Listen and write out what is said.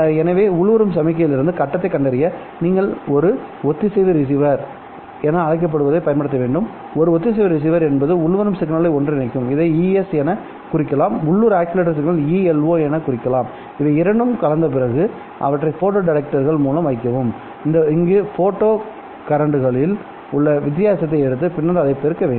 எனவே உள்வரும் சமிக்ஞையிலிருந்து கட்டத்தைக் கண்டறிய நீங்கள் ஒரு ஒத்திசைவு ரிசீவர் என அழைக்கப்படுவதைப் பயன்படுத்த வேண்டும் ஒரு ஒத்திசைவான ரிசீவர் என்பது உள்வரும் சிக்னலைக் ஒன்றிணைக்கும்இதை Es என குறிக்கலாம்உள்ளூர் ஆஸிலேட்டர் சிக்னல் Elo என குறிக்கலாம்இவையிரண்டும் கலந்த பிறகு அவற்றை போட்டோ டிடெக்டர்கள் மூலம் வைக்கவும்இங்கு போட்டோ கரண்ட்களில் உள்ள வித்தியாசத்தை எடுத்து பின்னர் அதைப் பெருக்க வேண்டும்